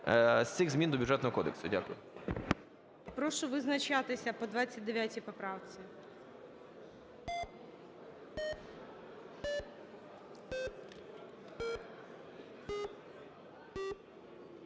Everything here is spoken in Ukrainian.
з цих змін до Бюджетного кодексу. Дякую. ГОЛОВУЮЧИЙ. Прошу визначатися по 29 поправці.